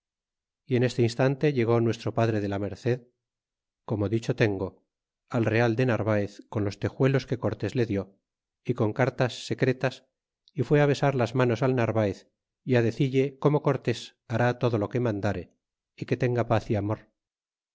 real yen este instante llegó nuestro padre de la merced como dicho tengo al real de narvaez con los tejuelos que cortés les dió y con cartas secretas y fué besar las manos al narvaez é decille como cortés hará todo lo que mandare é que tenga paz y amor